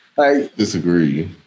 Disagree